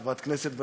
חברת כנסת ותיקה,